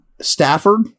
Stafford